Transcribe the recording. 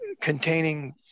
containing